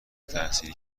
تحصیل